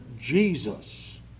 Jesus